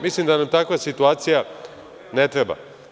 Mislim da nam takva situacija ne treba.